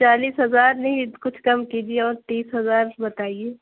چالیس ہزار نہیں کچھ کم کیجیے اور تیس ہزار بتائیے